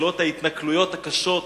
מתחילות ההתנכלויות הקשות